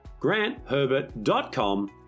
grantherbert.com